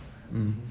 mm